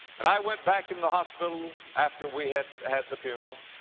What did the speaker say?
and i went back in the hospital after we had had the funeral,